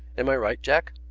am i right, jack?